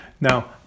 Now